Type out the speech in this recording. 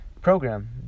program